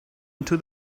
into